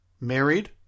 married